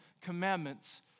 Commandments